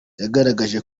yagaragaje